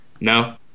No